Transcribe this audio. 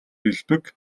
элбэг